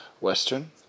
western